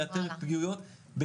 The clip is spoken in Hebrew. לאתר פגיעויות,